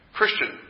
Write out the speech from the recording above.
christian